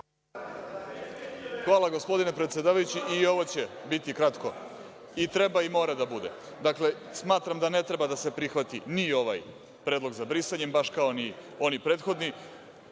Hvala, gospodine predsedavajući. Ovo će biti kratko, i treba i mora da bude. Dakle, smatram da ne treba da se prihvati ni ovaj predlog sa brisanjem, baš kao ni oni prethodni.